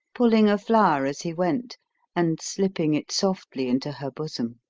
pulling a flower as he went and slipping it softly into her bosom.